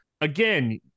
again